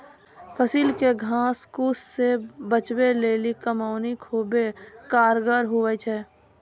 फसिल के घास फुस से बचबै लेली कमौनी खुबै कारगर हुवै छै